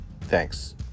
Thanks